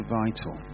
vital